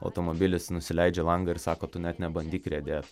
automobilis nusileidžia langą ir sako tu net nebandyk riedėt